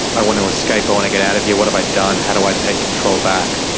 i want to escape, i want to get out of here, what have i done? how do i take control back?